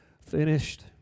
finished